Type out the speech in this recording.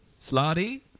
Slotty